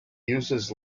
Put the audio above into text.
uses